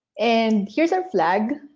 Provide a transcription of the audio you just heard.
and here's our flag,